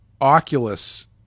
Oculus